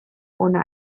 ona